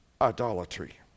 idolatry